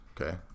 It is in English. Okay